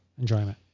enjoyment